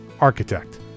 architect